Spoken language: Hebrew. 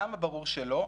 למה ברור שלא?